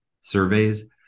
surveys